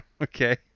Okay